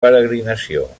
peregrinació